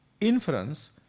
inference